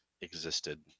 existed